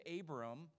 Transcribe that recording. Abram